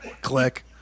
Click